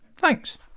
thanks